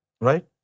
right